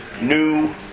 New